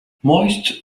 moist